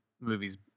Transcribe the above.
Movies